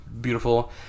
beautiful